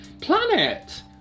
planet